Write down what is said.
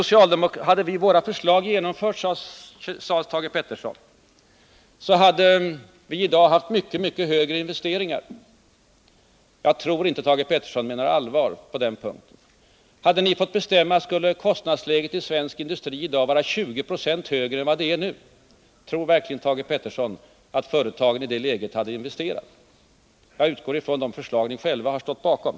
Om våra förslag hade genomförts, sade Thage Peterson, hade vi i dag haft mycket högre investeringar. Jag tror inte att Thage Peterson menar allvar på den punkten. Hade ni fått bestämma, skulle kostnadsläget i svensk industri i dag ha varit 20 26 högre än vad det är nu. Tror verkligen Thage Peterson att företagen i det läget hade investerat? Jag utgår från de förslag ni själva har stått bakom.